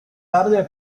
tarde